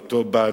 הוא אותו בד,